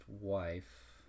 wife